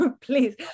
please